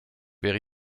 wäre